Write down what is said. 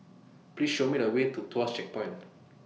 Please Show Me A Way to Tuas Checkpoint